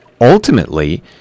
ultimately